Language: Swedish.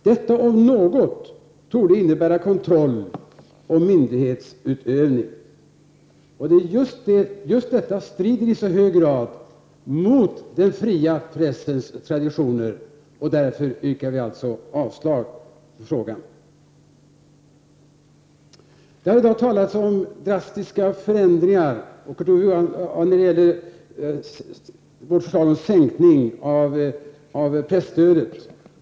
Detta om något torde innebära kontroll och myndighetsutövning. Just detta strider i hög grad mot den fria pressens traditioner. Därför yrkar vi avslag i den delen. Det har i dag talats om drastiska förändringar när det gäller vårt förslag om sänkning av presstödet.